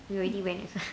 we already went